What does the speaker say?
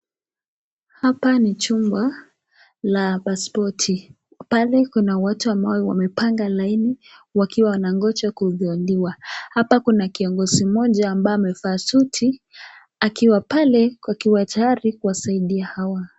Hapa ni chumba la paspoti pale kuna watu ambao wamepanga laini wakiwa wanangonja kuhudumiwa hapa kuna kiongozi mmoja ambaye amevaa suti akiwa pale akiwa tayari kuwasaidia hawa.